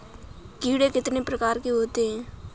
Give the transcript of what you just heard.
कीड़े कितने प्रकार के होते हैं?